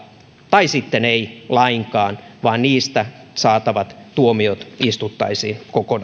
tai sitten ei lainkaan ja niistä saatavat tuomiot istuttaisiin kokonaan